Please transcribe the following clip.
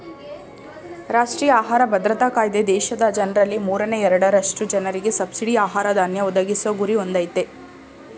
ರಾಷ್ಟ್ರೀಯ ಆಹಾರ ಭದ್ರತಾ ಕಾಯ್ದೆ ದೇಶದ ಜನ್ರಲ್ಲಿ ಮೂರನೇ ಎರಡರಷ್ಟು ಜನರಿಗೆ ಸಬ್ಸಿಡಿ ಆಹಾರ ಧಾನ್ಯ ಒದಗಿಸೊ ಗುರಿ ಹೊಂದಯ್ತೆ